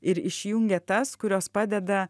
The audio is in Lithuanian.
ir išjungia tas kurios padeda